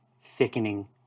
thickening